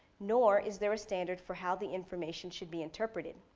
nor is there a standard for how the information should be interpreted.